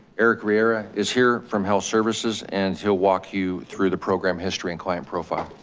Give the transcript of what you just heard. eric riera is here from health services and he'll walk you through the program history and client profile.